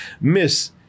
Miss